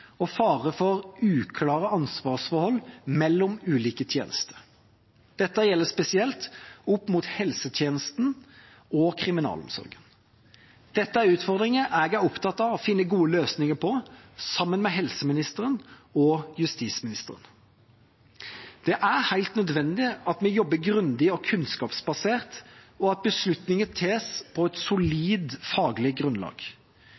og fare for uklare ansvarsforhold mellom ulike tjenester. Dette gjelder spesielt helsetjenesten og kriminalomsorgen. Dette er utfordringer jeg er opptatt av å finne gode løsninger på, sammen med helseministeren og justisministeren. Det er helt nødvendig at vi jobber grundig og kunnskapsbasert, og at beslutninger tas på et solid faglig grunnlag.